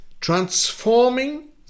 transforming